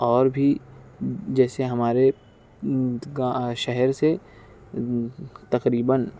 اور بھی جیسے ہمارے شہر سے تقریباً